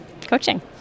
coaching